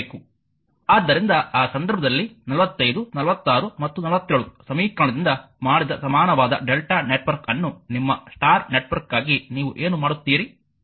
ಆದ್ದರಿಂದ ಆ ಸಂದರ್ಭದಲ್ಲಿ 45 46 ಮತ್ತು 47 ಸಮೀಕರಣದಿಂದ ಮಾಡಿದ ಸಮಾನವಾದ Δ ನೆಟ್ವರ್ಕ್ ಅನ್ನು ನಿಮ್ಮ ಸ್ಟಾರ್ ನೆಟ್ವರ್ಕ್ಗಾಗಿ ನೀವು ಏನು ಮಾಡುತ್ತೀರಿ